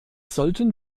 sollten